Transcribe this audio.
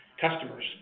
customers